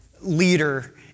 leader